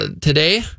today